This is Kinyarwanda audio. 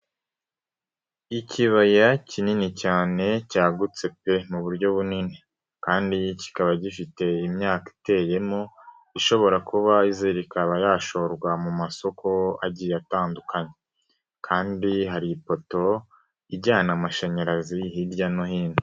Ikibaya kinini cyane cyagutse pe mu buryo bunini kandi kikaba gifite imyaka iteyemo ishobora kuba izera ikaba yashorwa mu masoko agiye atandukanye kandi hari ipoto ijyana amashanyarazi hirya no hino.